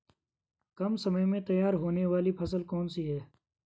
कम समय में तैयार होने वाली फसल कौन सी है?